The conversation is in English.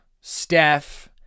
Steph